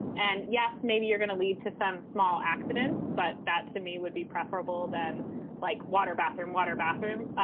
and yes, maybe you're going to lead to some small accidents, but that to me would be preferable than like water, bathroom, water, bathroom.